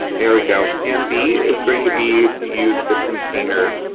there we go. plan b is going to be to use the container.